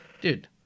Dude